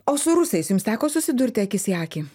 o su rusais jums teko susidurti akis į akį